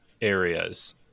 areas